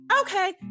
Okay